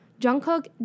Jungkook